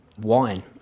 wine